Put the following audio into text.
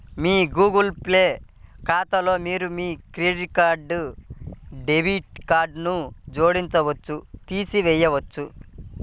మీ Google Pay ఖాతాలో మీరు మీ క్రెడిట్, డెబిట్ కార్డ్లను జోడించవచ్చు, తీసివేయవచ్చు